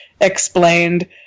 explained